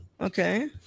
Okay